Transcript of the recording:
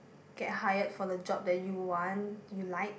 get hired for the job that you want you like